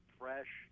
fresh